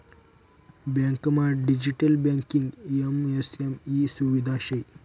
बँकमा digital banking MSME सुविधा शे